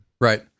Right